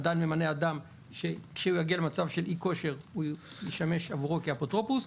אדם ממנה אדם שכשהוא יגיע למצב של אי כושר הוא ישמש עבורו כאפוטרופוס.